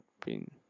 pin